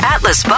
Atlas